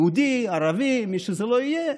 יהודי, ערבי, מי שזה לא יהיה,